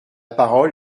parole